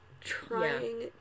trying